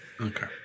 Okay